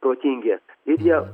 protingi ir jie